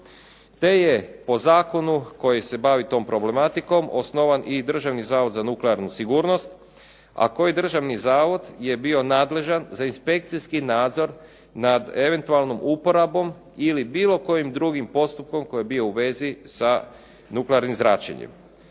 te je po zakonu koji se bavi tom problematikom osnovan i Državni zavod za nuklearnu sigurnost, a koji državni zavod je bio nadležan za inspekcijski nadzor nad eventualnom uporabom ili bilo kojim drugim postupkom koji je bio u vezi sa nuklearnim zračenjem.